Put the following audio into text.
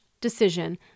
decision